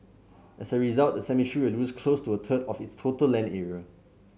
as a result the cemetery will lose close to a third of its total land area